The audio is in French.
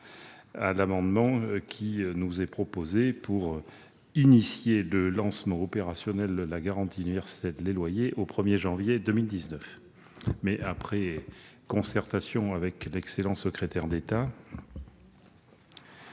l'amendement qui nous est proposé pour engager le lancement opérationnel de la garantie universelle des loyers au 1 janvier 2019. Après concertation avec l'excellent secrétaire d'État,